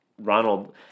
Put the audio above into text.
Ronald